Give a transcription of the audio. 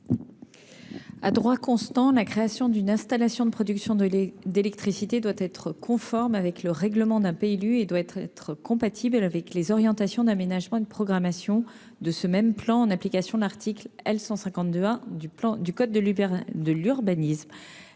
À droit constant, la création d'une installation de production d'électricité doit être conforme avec le règlement d'un PLU et doit être compatible avec les orientations d'aménagement de programmation de ce même plan, en application de l'article L. 152-1 du code de l'urbanisme.